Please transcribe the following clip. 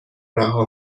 رها